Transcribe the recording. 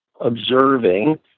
observing